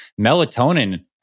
melatonin